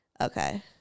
Okay